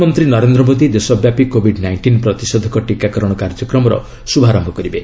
ପ୍ରଧାନମନ୍ତ୍ରୀ ନରେନ୍ଦ୍ର ମୋଦି ଦେଶବ୍ୟାପୀ କୋବିଡ୍ ନାଇକ୍ଷିନ୍ ପ୍ରତିଷେଧକ ଟୀକାକରଣ କାର୍ଯ୍ୟକ୍ରମର ଶ୍ରଭାରମ୍ଭ କରିବେ